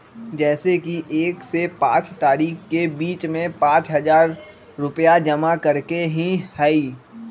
जैसे कि एक से पाँच तारीक के बीज में पाँच हजार रुपया जमा करेके ही हैई?